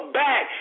back